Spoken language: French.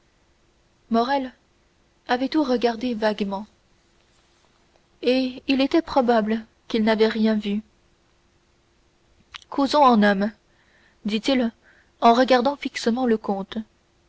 morrel avait tout regardé vaguement et il était probable qu'il n'avait rien vu causons en hommes dit-il en regardant fixement le comte